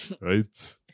right